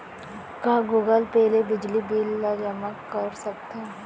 का Google Pay ले बिजली बिल ल जेमा कर सकथन?